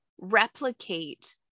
replicate